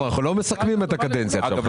אנחנו לא מסכמים את הקדנציה עכשיו, חכו.